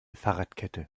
fahrradkette